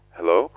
Hello